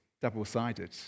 double-sided